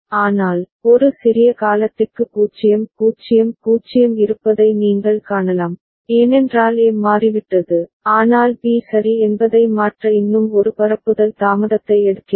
ஆனால் ஒரு சிறிய காலத்திற்கு 0 0 0 இருப்பதை நீங்கள் காணலாம் ஏனென்றால் A மாறிவிட்டது ஆனால் B சரி என்பதை மாற்ற இன்னும் ஒரு பரப்புதல் தாமதத்தை எடுக்கிறது